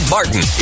Martin